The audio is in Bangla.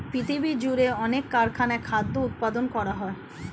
পৃথিবীজুড়ে অনেক কারখানায় খাদ্য উৎপাদন করা হয়